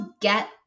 get